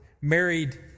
married